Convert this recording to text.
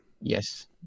Yes